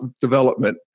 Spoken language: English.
development